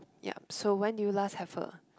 yup so when did you last have a